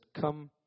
come